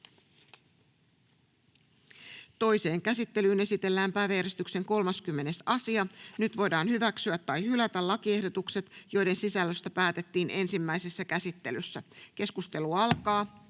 Toiseen käsittelyyn esitellään päiväjärjestyksen 10. asia. Nyt voidaan hyväksyä tai hylätä lakiehdotus, jonka sisällöstä päätettiin ensimmäisessä käsittelyssä. — Keskustelu alkaa.